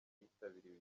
yitabiriye